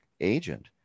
agent